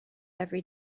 every